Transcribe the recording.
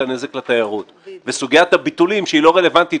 הנזק לתיירות וסוגיית הביטולים שהיא לא רלוונטית,